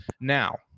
now